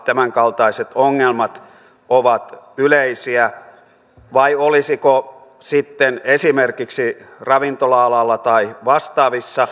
tämänkaltaiset ongelmat ovat yleisiä vai olisiko sitten esimerkiksi ravintola alalla tai